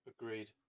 Agreed